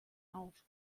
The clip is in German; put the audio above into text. auf